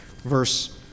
verse